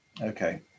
Okay